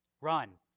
run